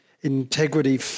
integrity